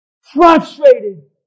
frustrated